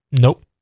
Nope